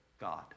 God